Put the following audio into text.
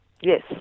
Yes